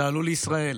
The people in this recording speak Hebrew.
תעלו לישראל.